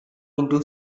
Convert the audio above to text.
into